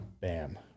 Bam